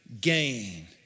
gain